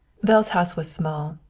belle's house was small,